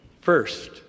First